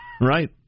right